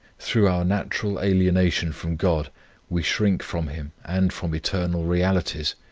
through our natural alienation from god we shrink from him, and from eternal realities.